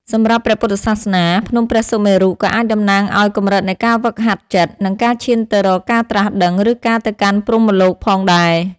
សម្រាប់ព្រះពុទ្ធសាសនា ភ្នំព្រះសុមេរុក៏អាចតំណាងឱ្យកម្រិតនៃការហ្វឹកហាត់ចិត្ត និងការឈានទៅរកការត្រាស់ដឹង ឬការទៅកាន់ព្រហ្មលោកផងដែរ។